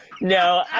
no